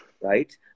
right